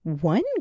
One